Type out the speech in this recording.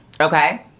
Okay